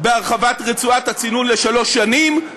בהרחבת רצועת הצינון לשלוש שנים.